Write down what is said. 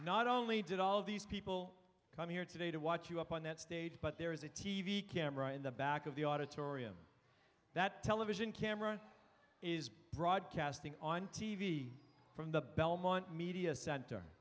not only did all of these people come here today to watch you up on that stage but there is a t v camera in the back of the auditorium that television camera is broadcasting on t v from the belmont media center